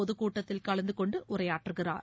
பொதுக் கூட்டத்தில் கலந்துகொண்டு உரையாற்றுகிறார்